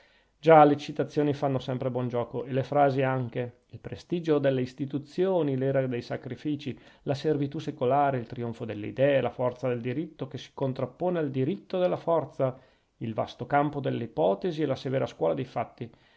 già le citazioni fanno sempre buon giuoco e le frasi anche il prestigio delle istituzioni l'era dei sacrifizi la servitù secolare il trionfo delle idee la forza del diritto che si contrappone al diritto della forza il vasto campo delle ipotesi e la severa scuola dei fatti